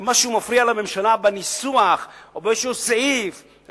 אם משהו מפריע לממשלה בניסוח או בסעיף כלשהו,